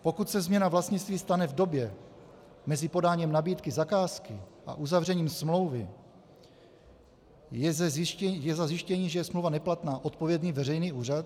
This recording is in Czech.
Pokud se změna vlastnictví stane v době mezi podáním nabídky zakázky a uzavřením smlouvy, je za zjištění, že je smlouva neplatná, odpovědný veřejný úřad?